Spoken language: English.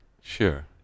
sure